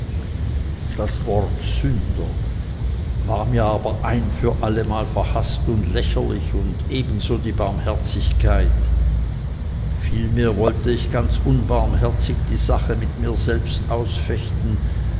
das wort sünder war mir aber ein für allemal verhaßt und lächerlich und ebenso die barmherzigkeit vielmehr wollte ich ganz unbarmherzig die sache mit mir selbst ausfechten